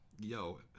Yo